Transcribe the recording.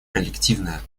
коллективное